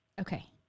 Okay